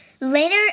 Later